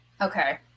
Okay